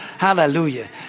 Hallelujah